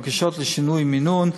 בקשות לשינוי מינון,